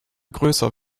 größer